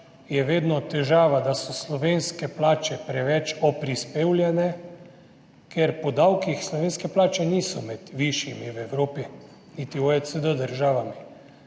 je vedno težava, da so slovenske plače preveč oprispevljene, ker po davkih slovenske plače niso med višjimi v Evropi, niti državami